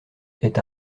est